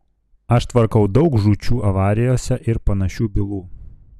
aš tvarkau daug žūčių avarijose ir panašių bylų